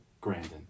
Grandin